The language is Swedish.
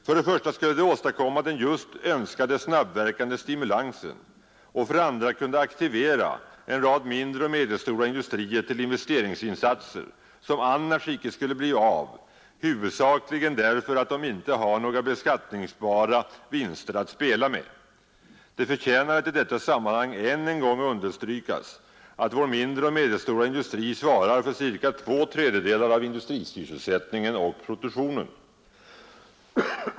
För det första skulle det åstadkomma den just önskade snabbverkande stimulansen och för det andra kunna aktivera en rad mindre och medelstora industrier till investeringsinsatser, som annars icke skulle bli av, huvudsakligen därför att de icke har några beskattningsbara vinster att spela med. Det förtjänar att i detta sammanhang än en gång understrykas att vår mindre och medelstora industri svarar för cirka två tredjedelar av industrisysselsättningen och produktionen.